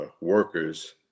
workers